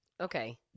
Okay